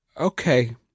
Okay